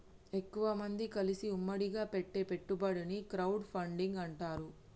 ఎక్కువమంది కలిసి ఉమ్మడిగా పెట్టే పెట్టుబడిని క్రౌడ్ ఫండింగ్ అంటారు